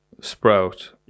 sprout